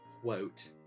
quote